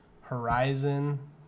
Horizon